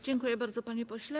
Dziękuję bardzo, panie pośle.